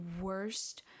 worst